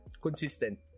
consistent